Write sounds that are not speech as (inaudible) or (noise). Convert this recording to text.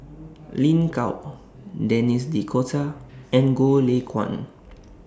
(noise) Lin Gao Denis D'Cotta and Goh Lay Kuan